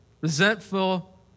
resentful